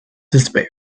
despair